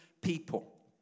people